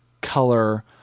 color